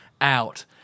out